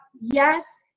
yes